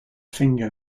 finger